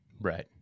Right